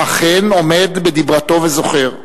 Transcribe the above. אכן עומד בדברתו וזוכר,